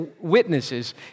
witnesses